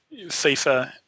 FIFA